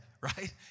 right